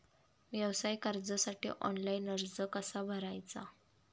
व्यवसाय कर्जासाठी ऑनलाइन अर्ज कसा भरायचा?